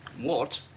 what?